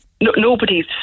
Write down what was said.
nobody's